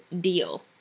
deal